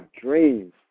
dreams